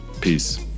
peace